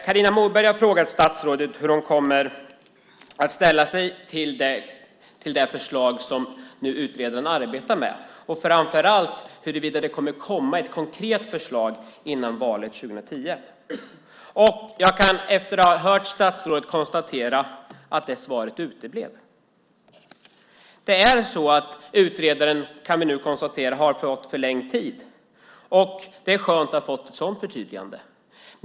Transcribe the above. Carina Moberg har frågat statsrådet hur hon kommer att ställa sig till det förslag som utredaren nu arbetar med och framför allt om det kommer ett konkret förslag innan valet 2010. Jag kan efter att ha hört statsrådet konstatera att det svaret uteblev. Utredaren har fått förlängd tid. Det är skönt att ha fått ett sådant förtydligande.